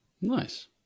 Nice